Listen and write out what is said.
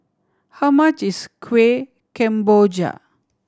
how much is Kuih Kemboja